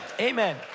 Amen